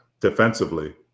defensively